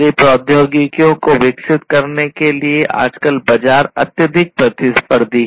हमारी प्रौद्योगिकियों को विकसित करने के लिए आजकल बाजार अत्यधिक प्रतिस्पर्धी है